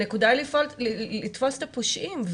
הנקודה היא לתפוס את הפושעים,